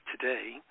today